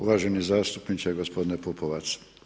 Uvaženi zastupniče gospodine Pupovac.